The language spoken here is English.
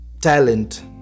talent